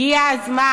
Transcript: הגיע הזמן.